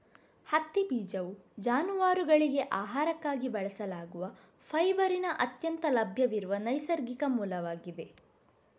ಹತ್ತಿ ಬೀಜವು ಜಾನುವಾರುಗಳಿಗೆ ಆಹಾರಕ್ಕಾಗಿ ಬಳಸಲಾಗುವ ಫೈಬರಿನ ಅತ್ಯಂತ ಲಭ್ಯವಿರುವ ನೈಸರ್ಗಿಕ ಮೂಲವಾಗಿದೆ